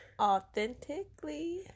Authentically